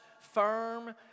firm